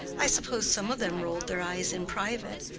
i suppose some of them rolled their eyes in private.